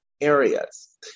areas